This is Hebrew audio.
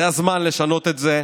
זה הזמן לשנות את זה,